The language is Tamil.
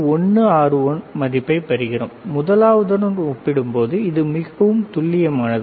161 மதிப்பைப் பெறுகிறோம் முதலாவதுடன் ஒப்பிடும்போது இது இன்னும் துல்லியமானது